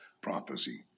prophecy